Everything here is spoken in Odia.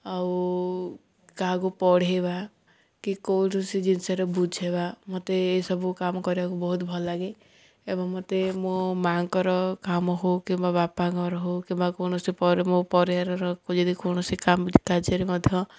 ଆଉ କାହାକୁ ପଢ଼େଇବା କି କୌଣସି ଜିନିଷରେ ବୁଝେଇବା ମୋତେ ଏଇସବୁ କାମ କରିବାକୁ ବହୁତ ଭଲଲାଗେ ଏବଂ ମୋତେ ମୋ ମା'ଙ୍କର କାମ ହଉ କିମ୍ବା ବାପାଙ୍କର ହଉ କିମ୍ବା କୌଣସି ମୋ ପରିବାରରକୁ ଯଦି କୌଣସି କାମ କାର୍ଯ୍ୟରେ ମଧ୍ୟ